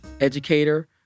educator